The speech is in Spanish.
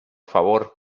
favor